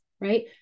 right